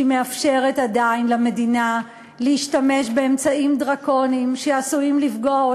שהיא מאפשרת עדיין למדינה להשתמש באמצעים דרקוניים שעשויים לפגוע,